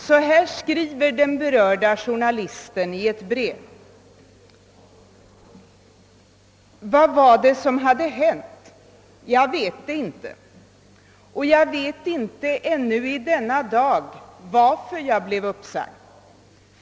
Så här skriver den berörda journalisten i ett brev: »Vad var det då som hade hänt? Jag vet det inte. Och jag vet inte ännu i denna dag varför jag blev uppsagd.